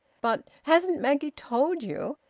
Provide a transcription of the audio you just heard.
but hasn't maggie told you?